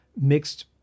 mixed